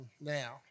now